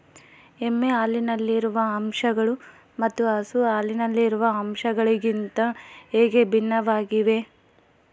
ಎಮ್ಮೆ ಹಾಲಿನಲ್ಲಿರುವ ಅಂಶಗಳು ಮತ್ತು ಹಸು ಹಾಲಿನಲ್ಲಿರುವ ಅಂಶಗಳಿಗಿಂತ ಹೇಗೆ ಭಿನ್ನವಾಗಿವೆ?